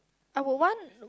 I were one